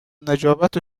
نجابت